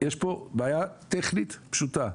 יש פה בעיה טכנית פשוטה.